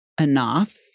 enough